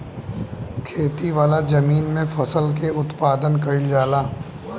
खेती वाला जमीन में फसल के उत्पादन कईल जाला